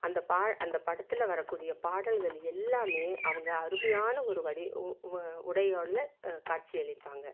அந்த அந்த படத்தில் வரக்கூடிய பாடல்கள் எல்லாம் அவங்க அருமையான ஒரு உடையோடு காட்சி அளிப்பாங்க